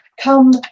Come